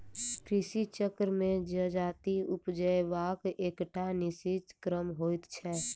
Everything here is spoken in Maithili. कृषि चक्र मे जजाति उपजयबाक एकटा निश्चित क्रम होइत छै